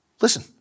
Listen